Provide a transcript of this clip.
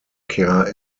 care